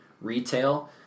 retail